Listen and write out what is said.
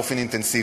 באופן אינטנסיבי.